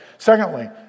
Secondly